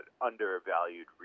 undervalued